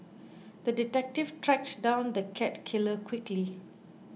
the detective tracked down the cat killer quickly